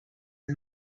and